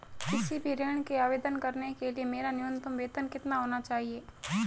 किसी भी ऋण के आवेदन करने के लिए मेरा न्यूनतम वेतन कितना होना चाहिए?